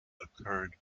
occurred